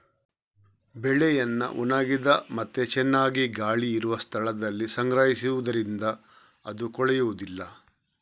ಬೆಳೆಯನ್ನ ಒಣಗಿದ ಮತ್ತೆ ಚೆನ್ನಾಗಿ ಗಾಳಿ ಇರುವ ಸ್ಥಳದಲ್ಲಿ ಸಂಗ್ರಹಿಸುದರಿಂದ ಅದು ಕೊಳೆಯುದಿಲ್ಲ